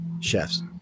chefs